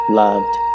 loved